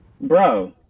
Bro